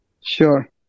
Sure